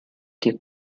die